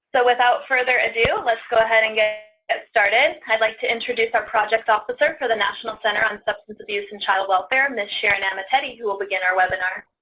so without further ado, let's go ahead and get started. i'd like to introduce our projects officer for the national center on substance abuse and child welfare, ms. sharon amatetti, who will begin our webinar.